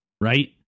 right